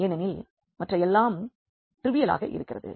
ஏனெனில் மற்ற எல்லாம் ட்ரைவியல் ஆக இருக்கிறது